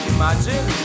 Imagine